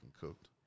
cooked